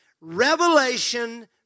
Revelation